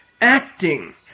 acting